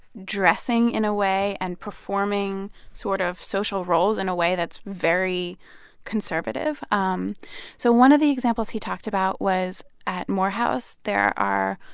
dressing in a way and performing sort of social roles in a way that's very conservative. um so one of the examples he talked about was at morehouse, there are.